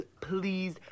please